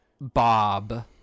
Bob